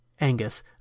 angus